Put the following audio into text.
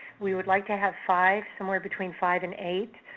we would like to have five, somewhere between five and eight.